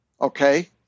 okay